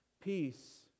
Peace